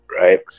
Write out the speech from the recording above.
right